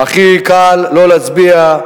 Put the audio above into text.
הכי קל לא להצביע,